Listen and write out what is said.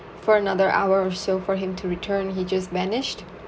for another hour or so for him to return he just vanished